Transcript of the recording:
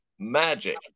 magic